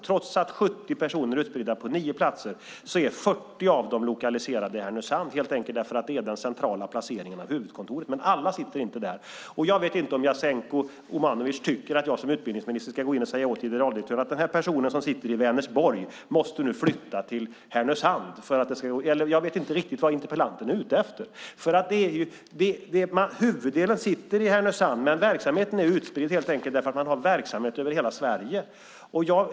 Trots att 70 personer är utspridda på nio platser är 40 av dem lokaliserade i Härnösand helt enkelt för att det är den centrala placeringen av huvudkontoret, men alla sitter inte där. Jag vet inte om Jasenko Omanovic tycker att jag som utbildningsminister ska gå ut och säga åt generaldirektören att den här personen som sitter i Vänersborg nu måste flytta till Härnösand. Jag vet inte riktigt vad interpellanten är ute efter. Huvuddelen sitter i Härnösand, men verksamheten är utspridd därför att man har verksamhet över hela Sverige.